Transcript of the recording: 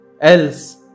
Else